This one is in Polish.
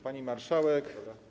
Pani Marszałek!